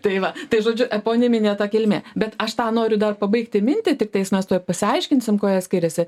tai va tai žodžiu eponiminė ta kilmė bet aš tą noriu dar pabaigti mintį tiktais mes tuoj pasiaiškinsim kuo jie skiriasi